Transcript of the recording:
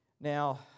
Now